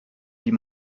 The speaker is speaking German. die